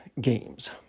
games